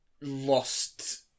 lost